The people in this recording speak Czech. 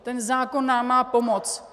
Ten zákon nám má pomoci.